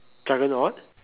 juggernaut